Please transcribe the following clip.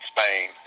Spain